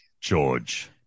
George